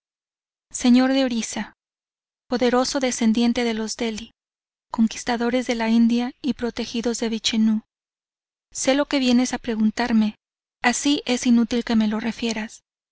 señor de orisa poderoso descendiente de los dheli conquistadores de la india y protegidos de vichenú sé lo que vienes a preguntarme así es inútil que me lo refieras